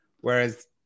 whereas